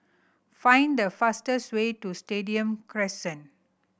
find the fastest way to Stadium Crescent